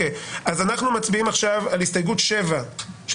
אז אנחנו מצביעים על הסתייגות 7 של